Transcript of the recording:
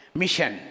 mission